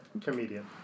Comedian